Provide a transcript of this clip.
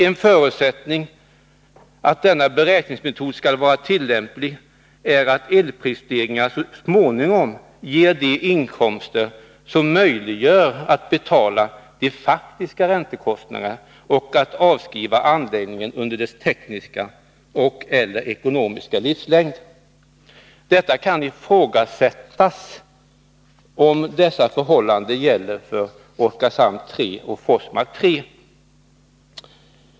En förutsättning för att denna beräkningsmetod skall vara tillämplig är att elprisstegringarna så småningom ger de inkomster som gör det möjligt att betala de faktiska räntekostnaderna och att avskriva anläggningen under dess tekniska och/eller ekonomiska livslängd. Det kan ifrågasättas om detta förhållande gäller för Oskarshamn 3 och Forsmark 3.